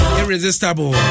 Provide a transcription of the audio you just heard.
irresistible